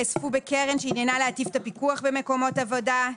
יאספו בקרן שעניינה להיטיב את הפיקוח במקומות עבודה.